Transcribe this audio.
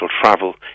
travel